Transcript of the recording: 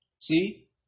See